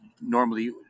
normally